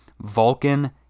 Vulcan